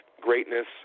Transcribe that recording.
greatness